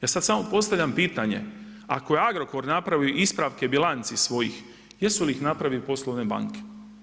Ja sad samo postavljam pitanje ako je Agrokor napravio ispravke bilanci svojih, jesu li ih napravile poslovne banke.